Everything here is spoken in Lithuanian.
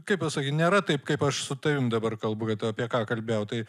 kaip pasakyt nėra taip kaip aš su tavim dabar kalbu kad apie ką kalbėjau tai